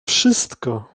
wszystko